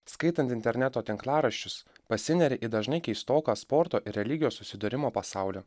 skaitant interneto tinklaraščius pasineri į dažnai keistoką sporto ir religijos susidūrimo pasaulį